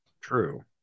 True